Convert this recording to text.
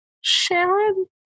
Sharon